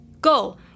Go